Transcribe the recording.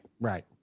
Right